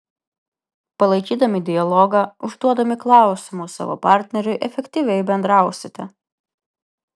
palaikydami dialogą užduodami klausimų savo partneriui efektyviai bendrausite